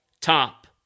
top